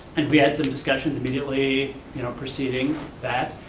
and we had some discussions immediately you know proceeding that,